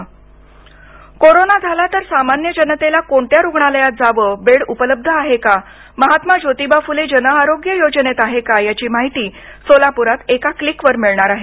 online corona झाला तर सामान्य जनतेला कोणत्या रुग्णालयात जावं बेड उपलब्ध आहे का महात्मा जोतिबा फुले जनआरोग्य योजनेत आहे का याची माहिती सोलापुरात एका क्लिकवर मिळणार आहे